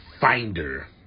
finder